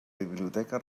biblioteca